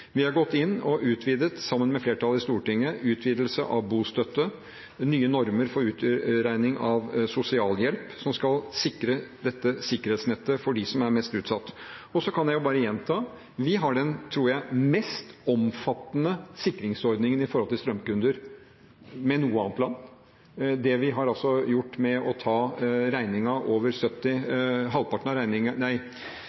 Vi har gått inn, sammen med flertallet i Stortinget, og utvidet bostøtten og fått nye normer for utregning av sosialhjelp, som skal sikre dette sikkerhetsnettet for dem som er mest utsatt. Jeg kan bare gjenta: Vi har, tror jeg, de mest omfattende sikringsordningene for strømkunder enn noe annet land, ved det vi har gjort med å ta 80 pst. av regningen over 70